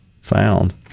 found